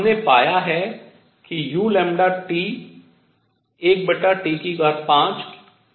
हमने पाया है कि u1T5 u के समान है